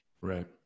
Right